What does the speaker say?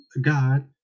God